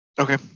Okay